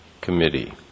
committee